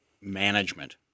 management